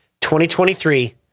2023